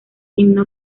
himno